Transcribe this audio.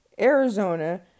Arizona